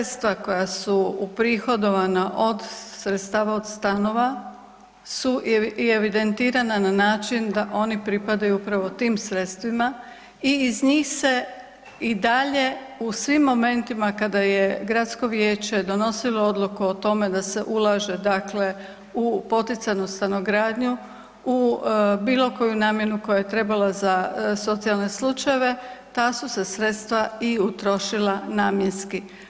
Sva sredstva koja su u prihodovana od sredstava d stanova su i evidentirana na način da oni pripadaju upravo tim sredstvima, i iz njih se i dalje u svim momentima kada je Gradsko vijeće donosilo odluku o tom da se ulaže u poticajnu stanogradnju, u bilo koju namjenu koja je trebala za socijalne slučajeve, ta su se sredstva i utrošila namjenski.